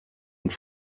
und